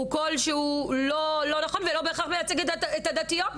ולא בהכרח מייצג את הדתיות.